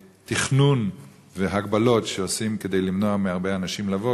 תכנון והגבלות שעושים כדי למנוע מהרבה אנשים לבוא,